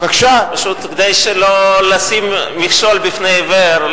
פשוט כדי לא לשים מכשול בפני עיוור,